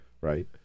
right